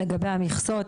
לגבי המכסות,